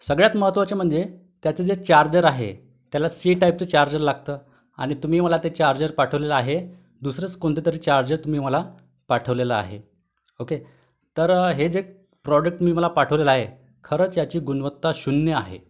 सगळ्यात महत्वाचं म्हणजे त्याचं जे चार्जर आहे त्याला सी टाइपचं चार्जर लागतं आणि तुम्ही मला ते चार्जर पाठवलेलं आहे दुसरंच कोणतं तरी चार्जर तुम्ही मला पाठवलेलं आहे ओके तर हे जे प्रॉडक्ट तुम्ही मला पाठवलेलं आहे खरंच याची गुणवत्ता शून्य आहे